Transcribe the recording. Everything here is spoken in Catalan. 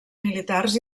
militars